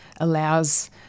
allows